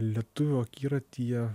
lietuvių akiratyje